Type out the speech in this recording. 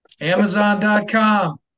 Amazon.com